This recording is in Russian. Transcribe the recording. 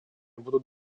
будут